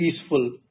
peaceful